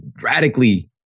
radically